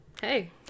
Hey